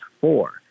four